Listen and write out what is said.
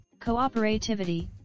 Cooperativity